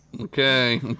Okay